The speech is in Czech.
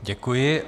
Děkuji.